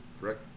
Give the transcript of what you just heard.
correct